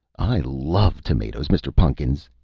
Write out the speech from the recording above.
i love tomatoes, mr. pun'kins,